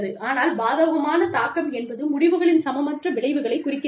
ஆனால் பாதகமான தாக்கம் என்பது முடிவுகளின் சமமற்ற விளைவுகளை குறிக்கிறது